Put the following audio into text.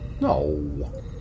No